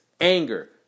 Anger